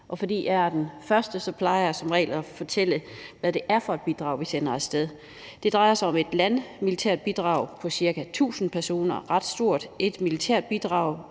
og fordi jeg er den første, plejer jeg som regel at fortælle, hvad det er for et bidrag, vi sender af sted. Det drejer sig om et landmilitært bidrag på ca. 1.000 personer – det er ret stort – et sømilitært bidrag